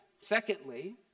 Secondly